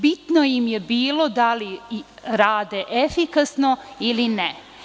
Bitno im je bilo da li rade efikasno ili ne.